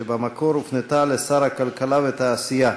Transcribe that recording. שבמקור הופנתה לשר הכלכלה והתעשייה,